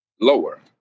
lower